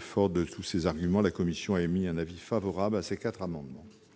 Forte de tous ces arguments, la commission a émis un avis favorable sur ces quatre amendements